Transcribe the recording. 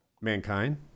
mankind